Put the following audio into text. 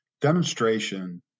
demonstration